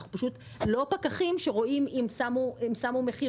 אנחנו פשוט לא פקחים שרואים אם שמו מחיר